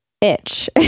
itch